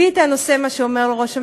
ביטן עושה מה שאומר לו ראש הממשלה,